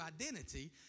identity